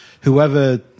whoever